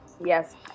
Yes